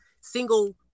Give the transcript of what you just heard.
single